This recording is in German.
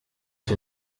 für